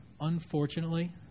Unfortunately